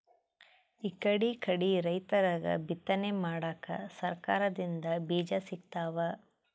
ಇಕಡಿಕಡಿ ರೈತರಿಗ್ ಬಿತ್ತನೆ ಮಾಡಕ್ಕ್ ಸರಕಾರ್ ದಿಂದ್ ಬೀಜಾ ಸಿಗ್ತಾವ್